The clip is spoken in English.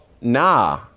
nah